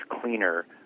cleaner